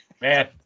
man